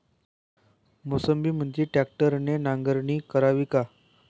मोसंबीमंदी ट्रॅक्टरने नांगरणी करावी का?